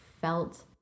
felt